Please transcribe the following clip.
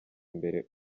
imbere